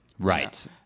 Right